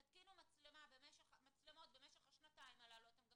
תתקינו מצלמות במשך השנתיים הללו אתם גם